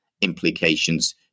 implications